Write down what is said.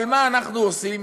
אבל מה אנחנו עושים